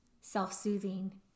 self-soothing